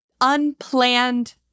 unplanned